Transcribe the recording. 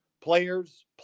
Players